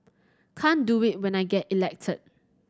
can't do it when I get elected